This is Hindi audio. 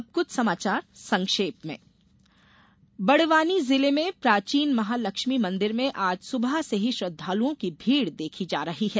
अब कुछ समाचार संक्षेप में बड़वानी जिले में प्राचीन महा लक्ष्मी मंदिर में आज सुबह से ही श्रद्धालुओं की भीड़ देखी जा रही है